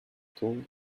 tools